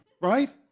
Right